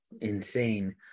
Insane